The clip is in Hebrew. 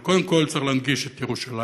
אבל קודם כול צריך להנגיש את ירושלים.